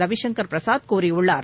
ரவிசங்கர் பிரசாத் கூறியுள்ளார்